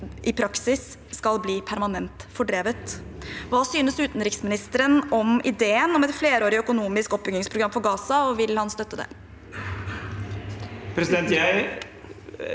i praksis ikke skal bli permanent fordrevet. Hva synes utenriksministeren om ideen om et flerårig økonomisk oppbyggingsprogram for Gaza, og vil han støtte det? Utenriksminister